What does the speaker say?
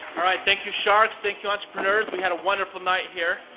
right, thank you sharks, thank you entrepreneurs, we had a wonderful night here.